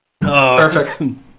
perfect